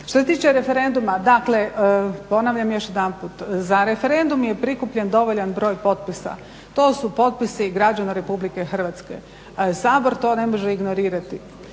Što se tiče referenduma. Dakle, ponavljam još jedanput, za referendum je prikupljen dovoljan broj potpisa. To su potpisi građana RH, Sabor to ne može ignorirati.